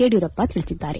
ಯಡಿಯೂರಪ್ಪ ತಿಳಿಸಿದ್ದಾರೆ